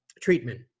treatment